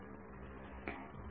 विद्यार्थीः